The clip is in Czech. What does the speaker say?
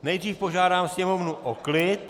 Nejdřív požádám sněmovnu o klid.